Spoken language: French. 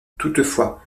toutefois